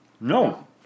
No